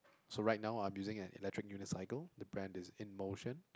so right now I'm using an electric unicycle the brand is in Motion